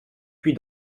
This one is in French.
puis